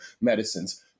medicines